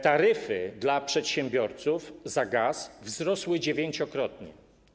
Taryfy dla przedsiębiorców za gaz wzrosły dziewięciokrotnie.